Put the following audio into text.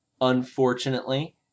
Unfortunately